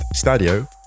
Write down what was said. Stadio